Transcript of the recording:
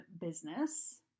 business